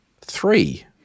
three